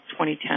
2010